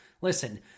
Listen